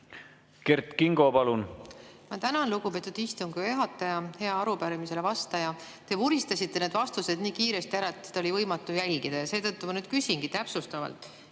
Kert Kingo, palun! Ma tänan, lugupeetud istungi juhataja! Hea arupärimisele vastaja! Te vuristasite need vastused nii kiiresti ette, et seda oli võimatu jälgida. Seetõttu ma küsingi nüüd täpsustavalt.